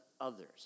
others